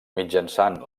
mitjançant